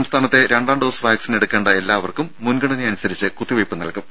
സംസ്ഥാനത്തെ രണ്ടാം dose vaccine എടുക്കേണ്ട എല്ലാവർക്കും മുൻഗണനയനുസരിച്ച് കുത്തിവെപ്പ് നൽകും